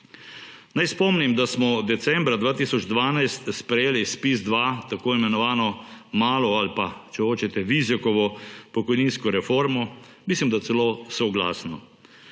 Naj spomnim, da smo decembra 2012 sprejeli ZPIZ-2, tako imenovano malo ali pa, če hočete, Vizjakovo pokojninsko reformo, mislim da, celo soglasno.